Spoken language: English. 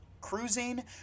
cruising